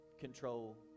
control